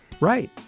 Right